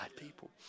people